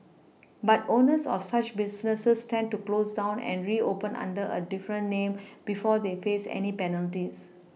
but owners of such businesses tend to close down and reopen under a different name before they face any penalties